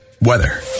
weather